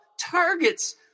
targets